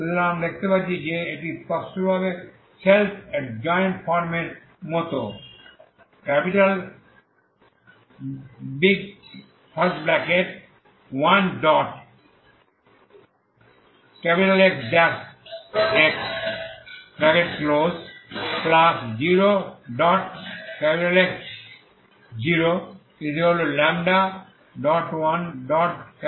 সুতরাং আমরা দেখতে পাচ্ছি যে এটি স্পষ্টভাবে সেলফ এডজয়েন্ট ফর্মের মতো 1Xx0X0λ1Xx